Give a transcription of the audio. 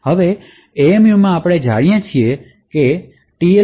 હવે એમએમયુમાં આપણે જાણીએ છીએ કે TLB